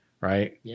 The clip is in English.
right